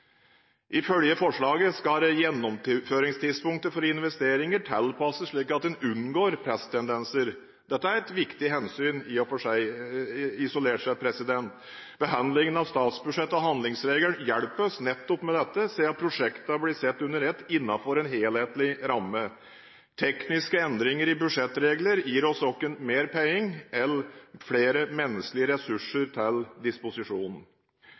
Ifølge forslaget skal gjennomføringstidspunktet for investeringer tilpasses slik at en unngår presstendenser. Dette er i og for seg et viktig hensyn, isolert sett. Behandlingen av statsbudsjettet og handlingsregelen hjelper oss med nettopp dette siden prosjektene blir sett under ett, innenfor en helhetlig ramme. Tekniske endringer i budsjettregler gir oss verken mer penger eller flere menneskelige ressurser til disposisjon.